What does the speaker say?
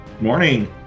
Morning